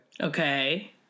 Okay